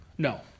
No